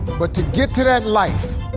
but to get to that life,